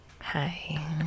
Hi